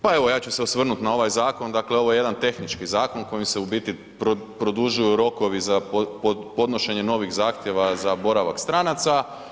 Pa evo ja ću se osvrnuti na ovaj zakon, dakle ovo je jedan tehnički zakon kojim se u biti produžuju rokovi za podnošenje novih zahtjeva za boravak stranaca.